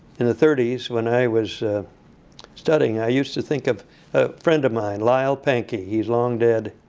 in the thirty s, when i was studying, i used to think of a friend of mine, lyle pahnke he's long dead.